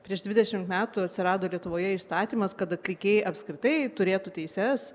prieš dvidešimt metų atsirado lietuvoje įstatymas kada atlikėjai apskritai turėtų teises